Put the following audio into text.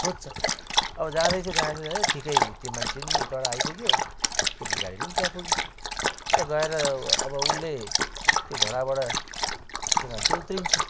सोच्छ अब जाँदै थियो जाँदै जाँदै ठिकै त्यो मान्छे पनि उताबाट आइपुग्यो त्यो भिखारी पनि त्यहाँ पुग्यो त गएर अब उसले त्यो घोडाबाट त्यो मान्छे उत्रिन्छ